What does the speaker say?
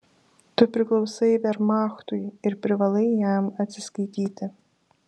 tu priklausai vermachtui ir privalai jam atsiskaityti